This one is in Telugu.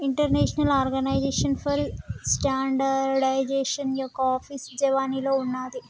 ఇంటర్నేషనల్ ఆర్గనైజేషన్ ఫర్ స్టాండర్డయిజేషన్ యొక్క ఆఫీసు జెనీవాలో ఉన్నాది